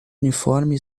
uniforme